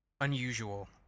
unusual